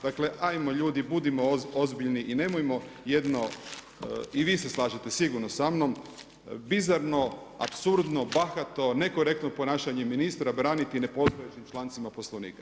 Dakle ajmo ljudi, budimo ozbiljni i nemojmo jedno, i vi se slažete sigurno samnom, bizarno, apsurdno, bahato, nekorektno ponašanje ministra, braniti nepostojećim člancima Poslovnika.